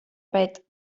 pet